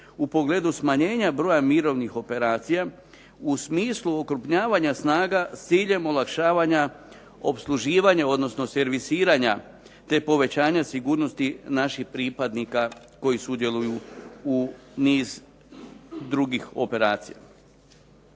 u pogledu smanjenja broja mirovnih operacija u smislu okrupnjavanja snaga s ciljem olakšavanja opsluživanja odnosno servisiranja te povećanja sigurnosti naših pripadnika koji sudjeluju u niz drugih operacija.